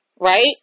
Right